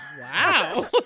wow